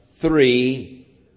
three